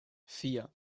vier